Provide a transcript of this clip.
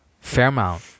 Fairmount